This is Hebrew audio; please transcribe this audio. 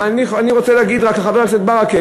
אני רוצה להגיד לחבר הכנסת ברכה,